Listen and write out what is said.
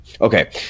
okay